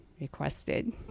requested